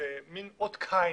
איזה מן אות קין